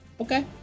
Okay